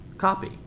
copy